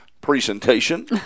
presentation